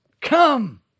come